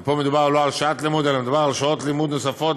פה מדובר לא בשעת לימוד אלא מדובר בשעות לימוד נוספות,